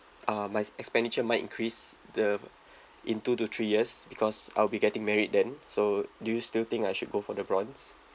uh my expenditure might increase the in two to three years because I'll be getting married then so do you still think I should go for the bronze